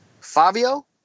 Fabio